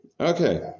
okay